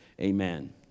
amen